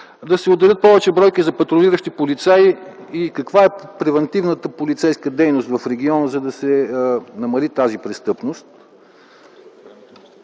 да се отделят повече бройки за патрулиращи полицаи и каква е превантивната полицейска дейност в региона, за да се намали тази престъпност?